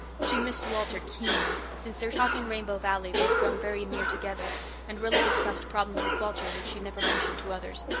she missed walter keenly since their talk in rainbow valley they had grown very near together and rilla discussed problems with walter which she never mentioned to others.